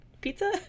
Pizza